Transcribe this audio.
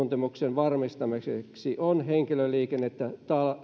varmistamiseksi on henkilöliikennettä